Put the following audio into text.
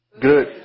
Good